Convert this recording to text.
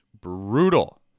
brutal